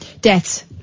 Deaths